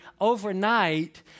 overnight